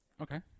Okay